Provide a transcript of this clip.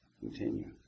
continue